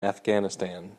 afghanistan